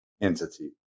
entity